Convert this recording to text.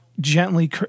gently